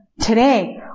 Today